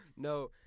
No